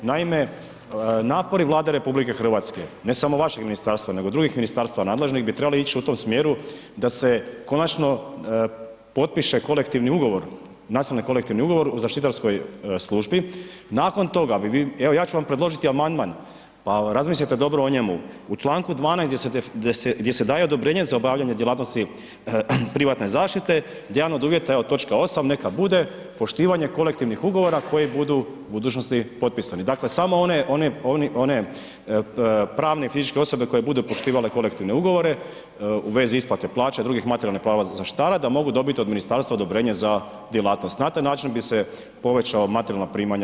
Naime, napori Vlade RH, ne samo vašeg ministarstva, nego drugih ministarstva nadležnih bi trebali ić u tom smjeru da se konačno potpiše kolektivni ugovor, nacionalni kolektivni ugovor u zaštitarskoj službi, nakon toga bi vi, evo ja ću vam predložiti amandman, pa razmislite dobro o njemu, u čl. 12. gdje se daje odobrenje za obavljanje djelatnosti privatne zaštite gdje je jedan od uvjeta, evo točka 8. neka bude poštivanje kolektivnih ugovora koji budu u budućnosti potpisani, dakle samo one, one, oni, one pravne i fizičke osobe koje budu poštivale kolektivne ugovore u vezi isplate plaća i drugih materijalnih prava za zaštitara da mogu dobit od ministarstva odobrenje za djelatnost, na taj način bi se povećala materijalna primanja